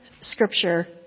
Scripture